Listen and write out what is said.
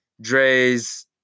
Dre's